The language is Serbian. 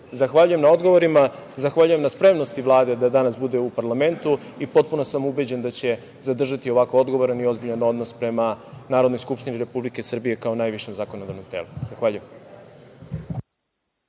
države. Zahvaljujem na odgovorima, zahvaljujem na spremnosti Vlade da danas bude u parlamentu i potpuno sam ubeđen da će zadržati ovako odgovoran i ozbiljan odnos prema Narodnoj skupštini Republike Srbije, kao najvišem zakonodavnom telu. Zahvaljujem.